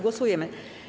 Głosujemy.